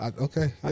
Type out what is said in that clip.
Okay